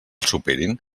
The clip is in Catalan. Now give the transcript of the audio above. superin